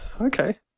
Okay